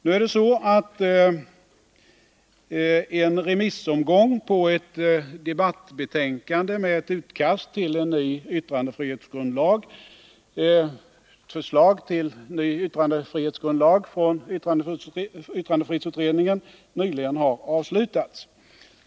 Nu är det så att en remissomgång på ett debattbetänkande från yttrandefrihetsutredningen, med ett förslag till en ny yttrandefrihetsgrundlag, nyligen har avslutats.